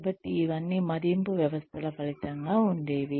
కాబట్టి ఇవన్నీ మదింపు వ్యవస్థల ఫలితంగా ఉండేవి